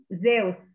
Zeus